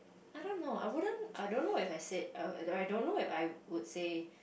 I don't know I wouldn't I don't know if I said err I don't know if I would say